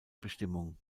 bestimmung